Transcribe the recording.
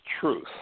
truth